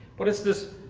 but it's this